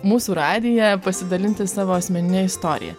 mūsų radiją pasidalinti savo asmenine istorija